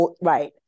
Right